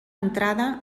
entrada